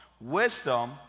Wisdom